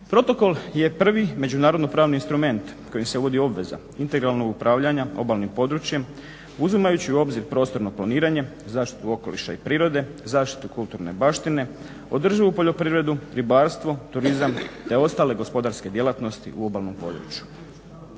Protokol je prvi međunarodno pravni instrument kojim se uvodi obveza integralnog upravljanja obalnim područjem, uzimajući u obzir prostorno planiranje, zaštitu okoliša i prirode, zaštitu kulturne baštine, održivu poljoprivredu, ribarstvo, turizam te ostale gospodarske djelatnosti u obalnom području.